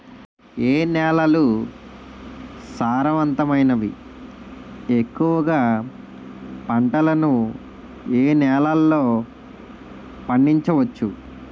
ఏ నేలలు సారవంతమైనవి? ఎక్కువ గా పంటలను ఏ నేలల్లో పండించ వచ్చు?